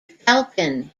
falcon